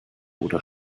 oder